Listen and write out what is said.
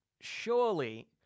surely